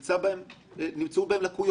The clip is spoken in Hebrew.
גם תחזית של לקוח מסוים יכולה עם הזמן